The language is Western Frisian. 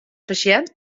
pasjint